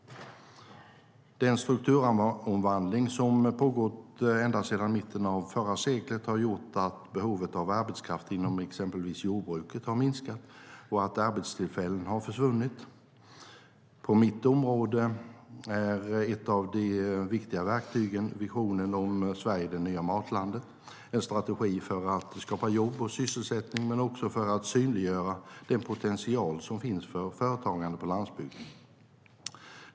Den strukturomvandling som pågått ända sedan mitten av förra seklet har gjort att behovet av arbetskraft inom exempelvis jordbruket har minskat och att arbetstillfällen har försvunnit. På mitt område är ett av de viktiga verktygen visionen om Sverige - det nya matlandet. Det är en strategi för att skapa jobb och sysselsättning men också för att synliggöra den potential som finns för företagande på landsbygden.